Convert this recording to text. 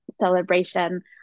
celebration